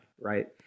right